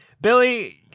Billy